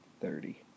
Thirty